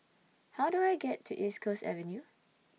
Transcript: How Do I get to East Coast Avenue